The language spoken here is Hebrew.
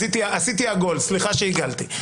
זה לא זניח,